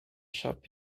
shop